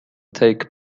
take